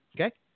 Okay